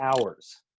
hours